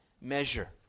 measure